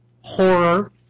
horror